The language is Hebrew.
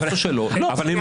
איפה שלא, לא.